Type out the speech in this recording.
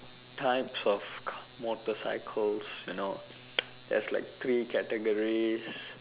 types of car motorcycles you know there's like three categories